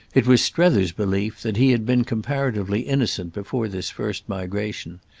it was strether's belief that he had been comparatively innocent before this first migration,